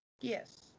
Yes